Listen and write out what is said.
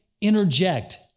interject